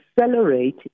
accelerate